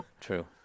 true